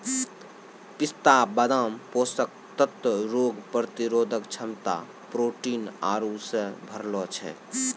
पिस्ता बादाम पोषक तत्व रोग प्रतिरोधक क्षमता प्रोटीन आरु से भरलो छै